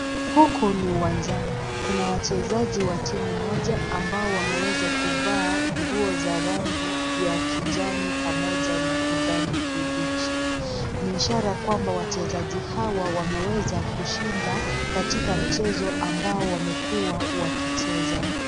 Huku ni uwanjani, kuna wachezaji wa timu moja ambao wameweza kuvaa nguo za rangi ya kijani pamoja na kijani kibichi. Ni ishara kwamba wachezaji hawa wameweza kushinda katika mchezo ambao wamekuwa wakicheza.